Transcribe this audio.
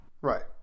Right